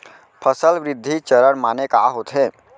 फसल वृद्धि चरण माने का होथे?